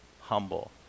humble